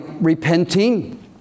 repenting